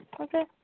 Okay